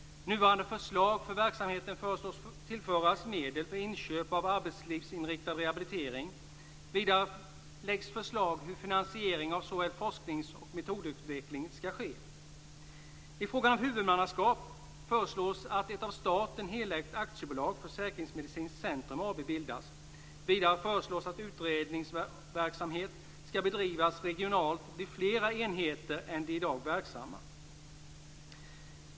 Nuvarande anslag för verksamheten föreslås tillföras medel för inköp av arbetslivsinriktad rehabilitering. Vidare läggs förslag fram om hur finansiering av såväl forskning som metodutveckling kan ske. - I fråga om huvudmannaskap föreslås att ett av staten helägt aktiebolag, Försäkringsmedicinskt centrum AB, bildas. Vidare föreslås att utredningsverksamhet skall bedrivas regionaliserat vid fler enheter än de i dag verksamma.